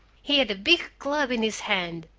he had a big club in his hand.